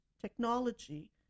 technology